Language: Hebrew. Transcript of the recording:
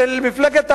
של מפלגת העבודה,